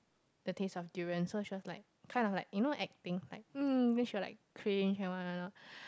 the taste of durian so she was like kind of like you know acting like hmm then she was like cringe and what not not